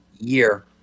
year